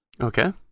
Okay